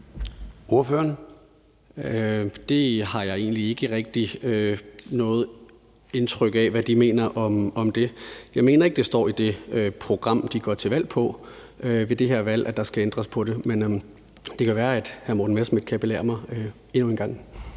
Ryle (LA): Jeg har egentlig ikke rigtig noget indtryk af, hvad de mener om det. Jeg mener ikke, der står i det program, de går til valg på ved det her valg, at der skal ændres på det. Men det kan være, at hr. Morten Messerschmidt kan belære mig endnu en gang.